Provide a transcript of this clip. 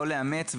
לא לאמץ,